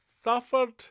suffered